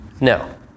No